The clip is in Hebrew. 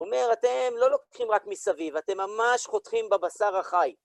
אומר אתם לא לוקחים רק מסביב, אתם ממש חותכים בבשר החי.